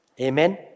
Amen